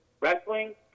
Wrestling